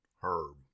herb